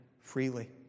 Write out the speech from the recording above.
freely